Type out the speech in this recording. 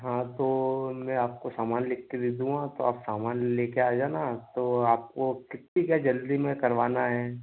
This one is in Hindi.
हाँ तो मैं आपको सामान लिख के दे दूँगा तो आप सामान ले कर आ जाना तो आपको कितनी क्या जल्दी में करवाना है